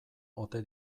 ote